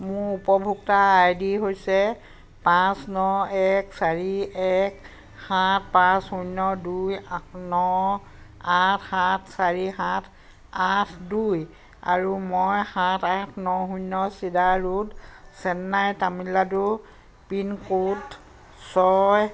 মোৰ উপভোক্তা I D হৈছে পাঁচ ন এক চাৰি এক সাত পাঁচ শূন্য দুই ন আঠ সাত চাৰি সাত আঠ দুই আৰু মই সাত আঠ ন শূন্য cedar road Chennai Tamil Nadu pincode ছয়